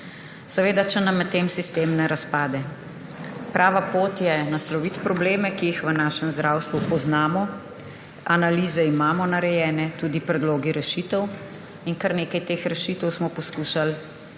seveda če nam medtem sistem ne razpade. Prava pot je nasloviti probleme, ki jih v našem zdravstvu poznamo, analize imamo narejene, tudi predloge rešitev, in kar nekaj teh rešitev smo poskušali urediti